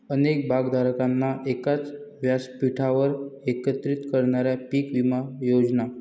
अनेक भागधारकांना एकाच व्यासपीठावर एकत्रित करणाऱ्या पीक विमा योजना